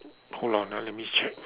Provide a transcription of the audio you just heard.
hold on ah let me check